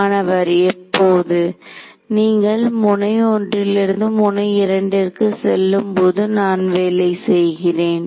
மாணவர் எப்போது நீங்கள் முனை ஒன்றிலிருந்து முனை இரண்டிற்கு செல்லும்போது நான் வேலை செய்கிறேன்